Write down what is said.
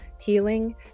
healing